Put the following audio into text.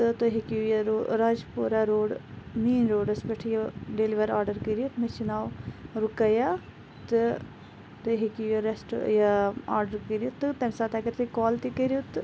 تہٕ تُہۍ ہیٚکِو یہِ رو راجپورہ روڈ مین روڈَس پٮ۪ٹھ یہِ ڈیلوَر آرڈَر کٔرِتھ مےٚ چھِ ناو رُقیہ تہٕ تُہۍ ہیٚکِو یہِ رٮ۪سٹو یہِ آرڈَر کٔرِتھ تہٕ تَمہِ ساتہٕ اگر تُہۍ کال تہِ کٔرِو تہٕ